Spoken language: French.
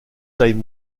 taille